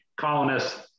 colonists